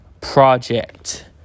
project